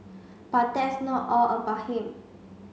but that's not all about him